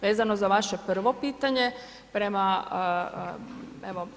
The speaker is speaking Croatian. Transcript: Vezano za vaše prvo pitanje, prema evo…